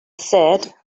said